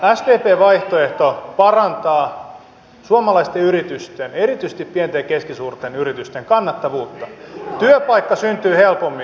sdpn vaihtoehto parantaa suomalaisten yritysten erityisesti pienten ja keskisuurten yritysten kannattavuutta työpaikka syntyy helpommin